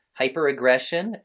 hyperaggression